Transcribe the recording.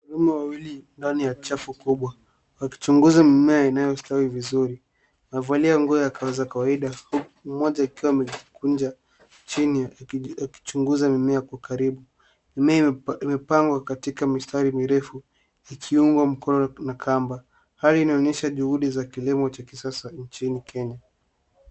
Wanaume wawili ndani ya chafu kubwa wakichunguza mimea inayo ustawi vizuri. Wamevaa nguo za kawaida huku mmoja akiwa amejikunja chini akichunguza mimea kwa karibu. Mimea imepangwa katika mistari mirefu ikiungwa mkono na kamba hali inayoonyesha juhudi za kilimo cha kisasa nchini kenya.